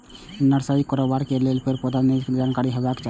नर्सरीक कारोबार करै लेल पेड़, पौधाक नीक जानकारी हेबाक चाही